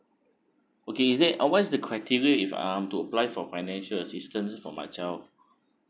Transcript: okay is there uh what is the criteria if I want to apply for financial assistance for my child